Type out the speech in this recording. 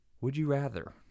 Would-you-rather